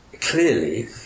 clearly